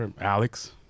Alex